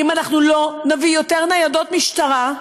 אם אנחנו לא נביא יותר ניידות משטרה,